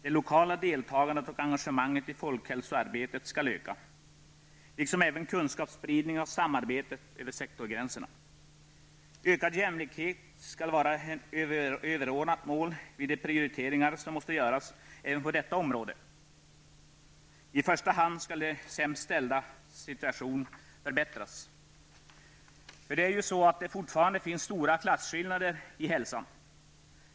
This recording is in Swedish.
Det lokala deltagandet och engagemanget i folkhälsoarbetet skall öka, liksom även kunskapsspridningen och samarbetet över sektorsgränserna. Ökad jämlikhet skall vara ett överordnat mål vid de prioriteringar som måste göras även på detta område. I första hand skall de sämst ställdas situation förbättras. Fortfarande finns det nämligen stora klasskillnader när det gäller hälsan.